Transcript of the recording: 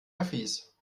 öffis